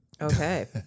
Okay